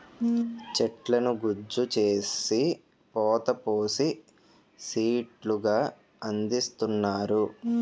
చెట్లను గుజ్జు చేసి పోత పోసి సీట్లు గా అందిస్తున్నారు